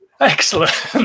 Excellent